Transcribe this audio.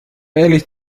ehrlich